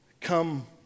come